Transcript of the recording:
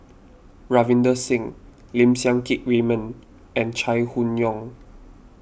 Ravinder Singh Lim Siang Keat Raymond and Chai Hon Yoong